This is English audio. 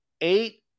Eight